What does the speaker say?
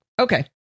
Okay